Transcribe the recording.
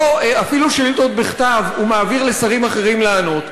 אפילו שאילתות בכתב הוא מעביר לשרים אחרים שיענו.